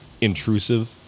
intrusive